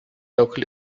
local